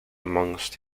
amongst